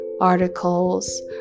articles